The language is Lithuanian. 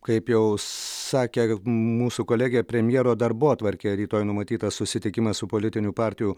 kaip jau sakė mūsų kolegė premjero darbotvarkėje rytoj numatytas susitikimas su politinių partijų